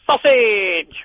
sausage